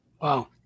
Wow